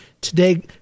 today